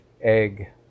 egg